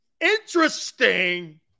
Interesting